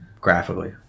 graphically